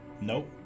Nope